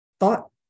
Thought